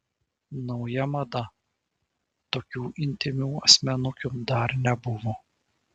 nauja mada tokių intymių asmenukių dar nebuvo